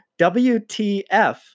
WTF